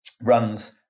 runs